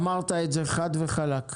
אמרת את זה חד וחלק.